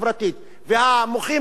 והמוחים נגד הכיבוש?